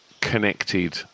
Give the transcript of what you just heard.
connected